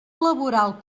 laboral